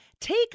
Take